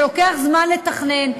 שלוקח זמן לתכנן,